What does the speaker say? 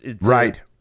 right